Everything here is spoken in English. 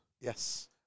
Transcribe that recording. Yes